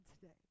today